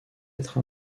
être